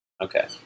Okay